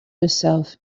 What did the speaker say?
yourself